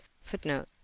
Footnote